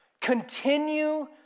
Continue